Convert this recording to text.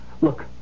Look